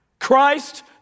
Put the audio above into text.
Christ